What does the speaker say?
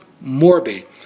morbid